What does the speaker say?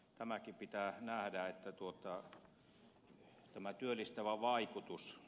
tämäkin pitää nähdä tämä työllistävä vaikutus